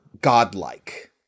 godlike